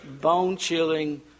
bone-chilling